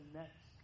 next